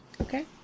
okay